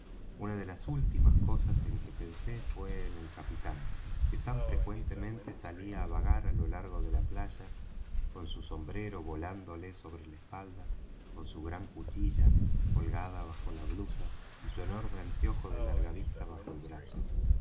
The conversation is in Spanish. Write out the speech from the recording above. una de las últimas cosas en que pensé fué en el capitán que tan frecuentemente salía á vagar á lo largo de la playa con su sombrero volándole sobre la espalda con su gran cuchilla colgada bajo la blusa y su enorme anteojo de larga vista bajo el brazo